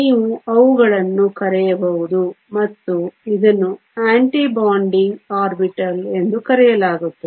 ನೀವು ಅವುಗಳನ್ನು ಕಳೆಯಬಹುದು ಮತ್ತು ಇದನ್ನು ಆಂಟಿ ಬಾಂಡಿಂಗ್ ಆರ್ಬಿಟಲ್ ಎಂದು ಕರೆಯಲಾಗುತ್ತದೆ